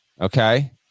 Okay